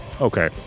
Okay